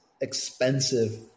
expensive